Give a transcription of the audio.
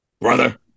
Brother